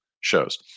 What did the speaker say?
shows